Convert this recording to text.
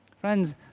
Friends